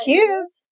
Cute